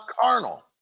carnal